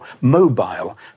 mobile